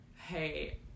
hey